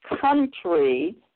country